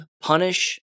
punish